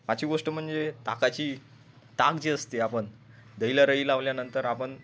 पाचवी गोष्ट म्हणजे ताकाची ताक जे असते आपण दहयाला रवी लावल्यानंतर आपण